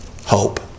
hope